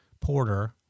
Porter